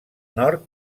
nord